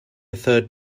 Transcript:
third